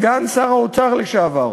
סגן שר האוצר לשעבר,